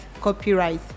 copyright